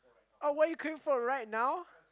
oh what you craving for right now